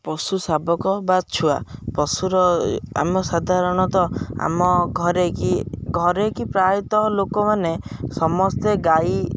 ପଶୁ ଶାବକ ବା ଛୁଆ ପଶୁର ଆମ ସାଧାରଣତଃ ଆମ ଘରେ କିି ଘରେ କିି ପ୍ରାୟତଃ ଲୋକମାନେ ସମସ୍ତେ ଗାଈ